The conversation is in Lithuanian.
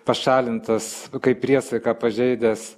pašalintas kaip priesaiką pažeidęs